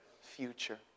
future